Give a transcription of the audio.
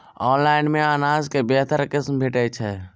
Online मे अनाज केँ बेहतर किसिम भेटय छै?